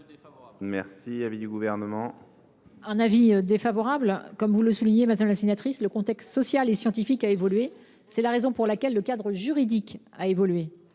est l’avis du Gouvernement ? Avis défavorable. Comme vous le soulignez, madame la sénatrice, le contexte social et scientifique a évolué. C’est la raison pour laquelle le cadre juridique a lui